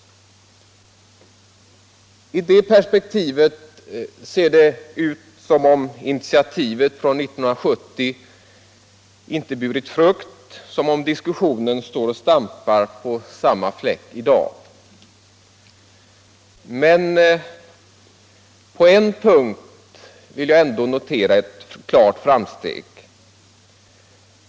I det perspektivet ser det ut som om initiativet från 1970 inte burit frukt, som om diskussionen står och stampar på samma fläck i dag. Men på en punkt vill jag ändå notera ett klart framsteg.